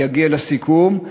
אגיע לסיכום,